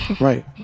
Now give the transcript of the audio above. right